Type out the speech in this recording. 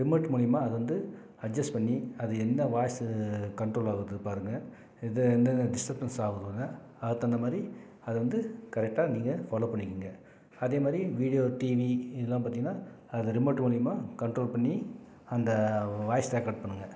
remote மூலிமா அது வந்து அட்ஜஸ்ட் பண்ணி அது எந்த வாய்ஸு கண்ட்ரோல் ஆகுது பாருங்கள் இது இந்தெந்த டிஸ்டபன்ஸ் அதுக்கு தகுந்த மாதிரி அதை வந்து கரெக்டாக நீங்கள் ஃபாலோ பண்ணிக்கங்க அதே மாதிரி வீடியோ டிவி இதெல்லாம் பார்த்தீங்கன்னா அதில் ரிமோட்டு மூலிமா கண்ட்ரோல் பண்ணி அந்த வாய்ஸ் ரெக்கார்ட் பண்ணுங்கள்